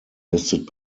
listed